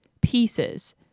Pieces